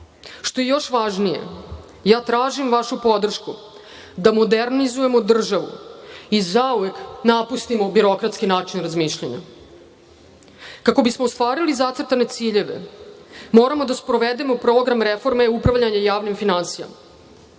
Što je još važnije, tražim vašu podršku da modernizujemo državu i zauvek napustimo birokratski način razmišljanja. Kako bismo ostvarili zacrtane ciljeve moramo da sprovedemo program reforme upravljanja javnim finansijama.